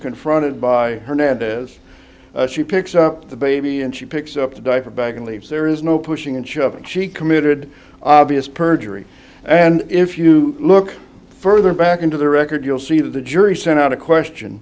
confronted by hernandez she picks up the baby and she picks up the diaper bag and leaves there is no pushing and shoving she committed obvious perjury and if you look further back into the record you'll see that the jury sent out a question